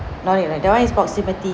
no need lah that one is proximity